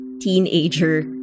teenager